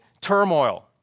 turmoil